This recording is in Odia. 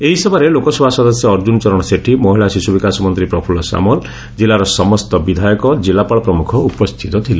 ଏହି ସଭାରେ ଲୋକସଭା ସଦସ୍ୟ ଅର୍ଜୁନ ଚରଣ ସେଠୀ ମହିଳା ଶିଶୁବିକାଶ ମନ୍ତୀ ପ୍ରଫୁଲ୍ଲ ସାମଲ ଜିଲ୍ଲାର ସମସ୍ତ ବିଧାୟକ ଜିଲ୍ଲାପାଳ ପ୍ରମୁଖ ଉପସ୍ଥିତ ଥିଲେ